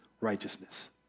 righteousness